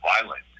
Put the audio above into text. violent